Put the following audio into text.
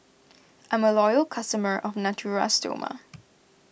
I'm a loyal customer of Natura Stoma